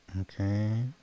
Okay